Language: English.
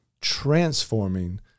transforming